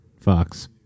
Fox